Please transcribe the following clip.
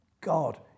God